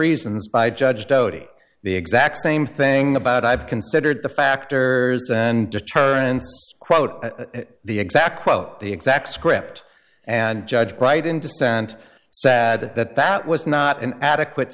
reasons by judge doty the exact same thing about i've considered the factor and deterrent quote the exact quote the exact script and judged right in dissent sad that that was not an adequate